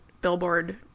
billboard